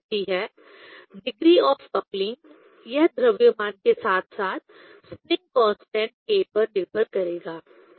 coupling आती है degree of coupling यह द्रव्यमान के साथ साथ स्प्रिंग कांस्टेंट k पर निर्भर करेगा